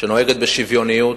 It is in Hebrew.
שנוהגת בשוויוניות,